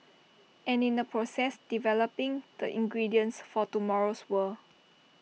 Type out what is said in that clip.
and in the process developing the ingredients for tomorrow's world